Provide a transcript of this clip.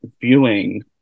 viewing